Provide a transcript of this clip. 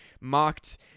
mocked